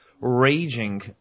raging